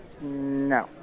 no